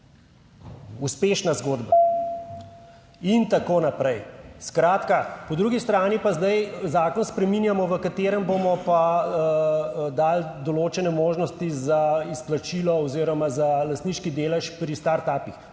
uspešna zgodba. In tako naprej. Skratka po drugi strani pa zdaj zakon spreminjamo, v katerem bomo pa dali določene možnosti za izplačilo oziroma za lastniški delež pri startupih.